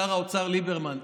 שר האוצר ליברמן,